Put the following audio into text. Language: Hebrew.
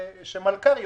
מלכ"ר,